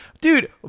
dude